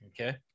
Okay